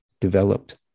developed